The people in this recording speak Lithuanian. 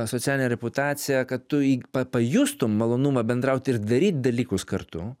socialinę reputaciją kad tu pa pajustum malonumą bendrauti ir daryt dalykus kartu